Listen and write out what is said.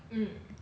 mm